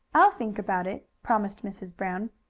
i'll think about it, promised mrs. brown.